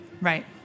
Right